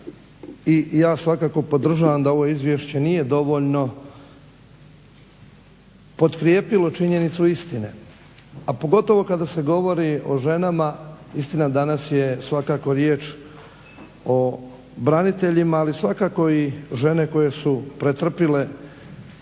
i ja svakako podržavam da ovo izvješće nije dovoljno potkrijepilo činjenicu istine, a pogotovo kada se govori o ženama, istina danas je svakako riječ o braniteljima ali svakako i žene koje su pretrpile